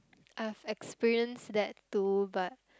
I have experienced that too but